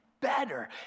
better